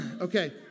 Okay